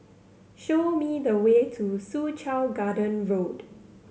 show me the way to Soo Chow Garden Road